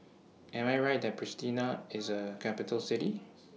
Am I Right that Pristina IS A Capital City